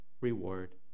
reward